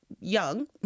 young